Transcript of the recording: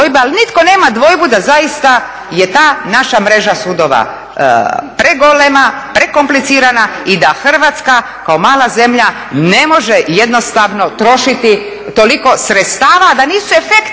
ali nitko nema dvojbu da zaista je ta naša mreža sudova pregolema, prekomplicirana i da Hrvatska kao mala zemlja ne može jednostavno trošiti toliko sredstava, da nisu efekti.